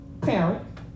parent